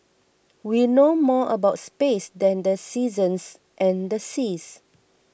we know more about space than the seasons and the seas